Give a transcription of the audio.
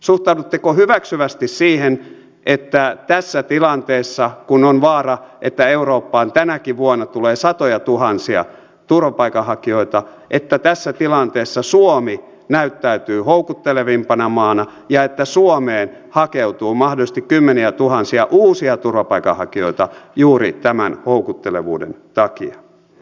suhtaudutteko hyväksyvästi siihen että tässä tilanteessa kun on vaara että eurooppaan tänäkin vuonna tulee satojatuhansia turvapaikanhakijoita suomi näyttäytyy houkuttelevimpana maana ja että suomeen hakeutuu mahdollisesti kymmeniätuhansia uusia turvapaikanhakijoita juuri tämän houkuttelevuuden takia